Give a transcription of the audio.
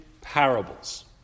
parables